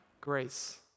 grace